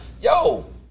yo